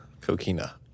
coquina